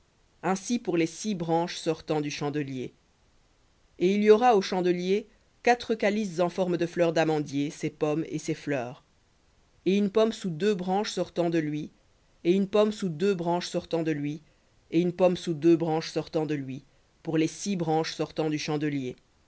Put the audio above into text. ainsi pour les six branches sortant du chandelier et il y aura au chandelier quatre calices en forme de fleur d'amandier ses pommes et ses fleurs et une pomme sous deux branches de lui et une pomme sous deux branches de lui et une pomme sous deux branches de lui pour les six branches